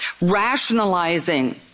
rationalizing